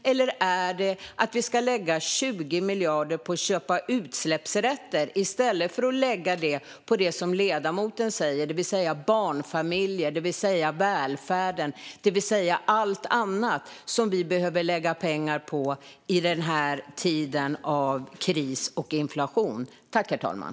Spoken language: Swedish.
Eller ska vi lägga 20 miljarder på att köpa utsläppsrätter i stället för att lägga pengarna på det ledamoten tar upp, det vill säga barnfamiljer, välfärden och allt annat vi behöver lägga pengar på i denna tid av kris och inflation?